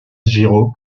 giraud